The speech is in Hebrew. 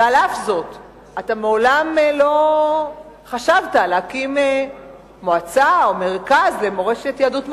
ועל אף זאת אתה מעולם לא חשבת להקים מועצה או מרכז למורשת יהדות מרוקו.